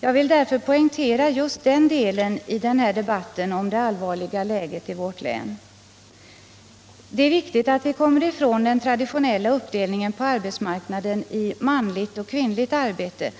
Jag vill därför poängtera just den delen i den här debatten om det allvarliga läget i vårt län. Det är viktigt att vi kommer ifrån den traditionella uppdelningen på arbetsmarknaden i ”manligt” och ”kvinnligt” arbete.